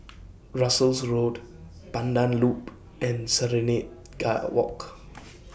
Russels Road Pandan Loop and Serenade Guide A Walk